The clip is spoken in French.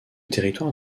territoire